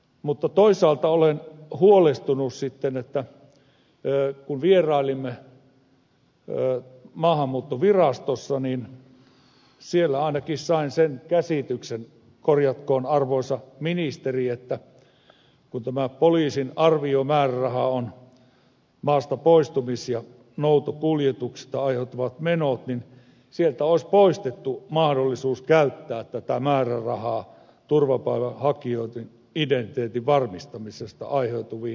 mutta toisaalta olen huolestunut siitä että kun vierailimme maahanmuuttovirastossa niin siellä ainakin sain sen käsityksen korjatkoon arvoisa ministeri että kun tämä poliisin arviomääräraha maastapoistumis ja noutokuljetuksista aiheutuvat menot sieltä olisi poistettu mahdollisuus käyttää tätä määrärahaa turvapaikanhakijoiden identiteetin varmistamisesta aiheutuviin menoihin